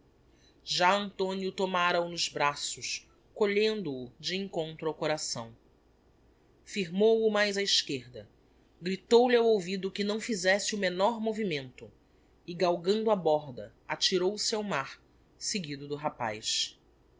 já antonio tomara o nos braços colhendo o de encontro ao coração firmou o mais á esquerda gritou-lhe ao ouvido que não fizesse o menor movimento e galgando a borda atirou-se ao mar seguido do rapaz